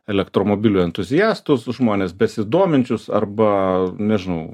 elektromobilių entuziastus žmones besidominčius arba nežinau